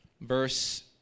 Verse